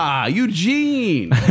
Eugene